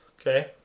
Okay